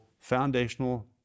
foundational